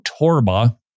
Torba